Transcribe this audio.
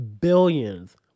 billions